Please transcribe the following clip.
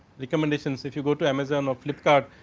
recommendations if you go to amazon or flip kart.